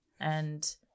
and-